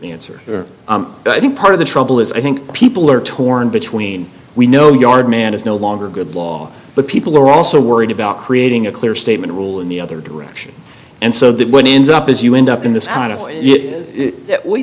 answer but i think part of the trouble is i think people are torn between we know yard man is no longer good law but people are also worried about creating a clear statement rule in the other direction and so that one ends up as you end up in th